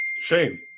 Shame